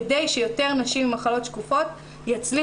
כדי שיותר נשים עם מחלות שקופות יצליחו